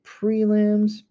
prelims